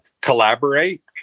collaborate